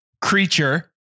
creature